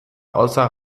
außer